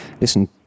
listen